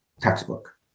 textbook